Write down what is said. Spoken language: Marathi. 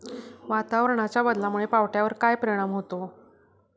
वातावरणाच्या बदलामुळे पावट्यावर काय परिणाम होतो?